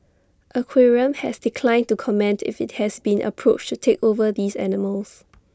aquarium has declined to comment if IT has been approached to take over these animals